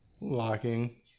locking